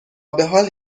بحال